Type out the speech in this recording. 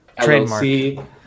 Trademark